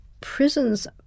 prisons